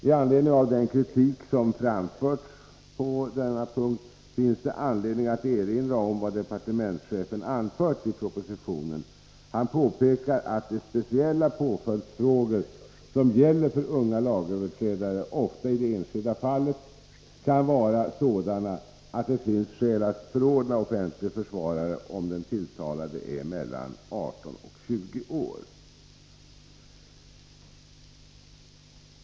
I anledning av den kritik som framförts på denna punkt finns det skäl att erinra om vad departementschefen anfört i propositionen. Han påpekar att de speciella påföljdsfrågor som gäller för unga lagöverträdare ofta i det enskilda fallet kan vara sådana att det finns skäl att förordna offentlig försvarare om den tilltalade är mellan 18 och 20 år.